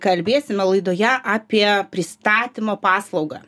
kalbėsime laidoje apie pristatymo paslaugą